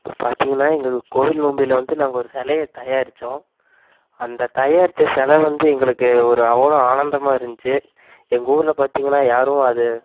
இப்போ பார்த்திங்கனா எங்கள் கோயில் நோன்பில் வந்து நாங்கள் ஒரு சிலையை தயாரித்தோம் அந்த தயாரித்த செலை வந்து எங்களுக்கு ஒரு அவ்வளோ ஆனந்தமாக இருந்துச்சு எங்கள் ஊரில் பார்த்திங்கனா யாரும் அது